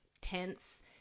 tense